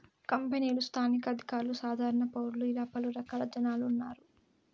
కంపెనీలు స్థానిక అధికారులు సాధారణ పౌరులు ఇలా పలు రకాల జనాలు ఉన్నారు